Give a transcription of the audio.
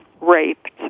raped